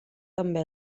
també